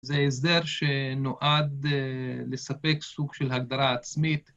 זה הסדר שנועד לספק סוג של הגדרה עצמית.